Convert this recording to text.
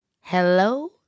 Hello